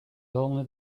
only